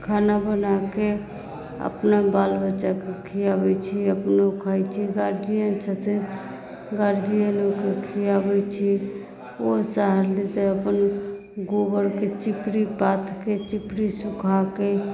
खाना बनाके अपना बाल बच्चाके खियाबैत छी अपनो खाइत छी गार्जियन छथिन गार्जियनोके खिआबैत छी गोबरके चिपड़ी पाथके चिपड़ी सूखाके